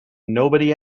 nobody